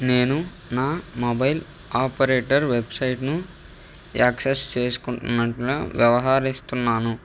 నేను నా mobile operator వెబ్సైట్ను యాక్సెస్ చేసుకునేట్టుగా వ్యవహారిస్తున్నాను